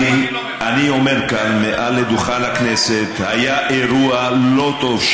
אני אומר כאן מעל לדוכן הכנסת: היה אירוע לא טוב.